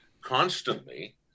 constantly